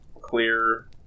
clear